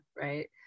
right